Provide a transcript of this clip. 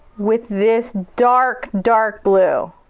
with this dark, dark blue.